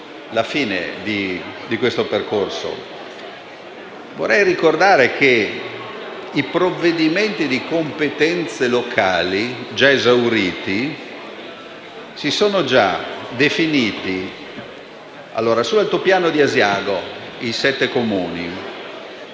la fine di questo percorso. Vorrei ricordare che i provvedimenti di competenza locale, già esauriti, si sono definiti per l'altopiano di Asiago e i sette Comuni;